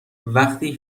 وقتی